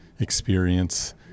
experience